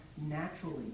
naturally